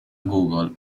google